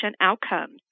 outcomes